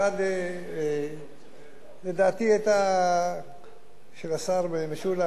אחת, לדעתי, ההערה של השר משולם